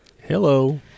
hello